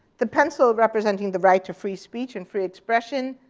the pencil representing the right to free speech and free expression,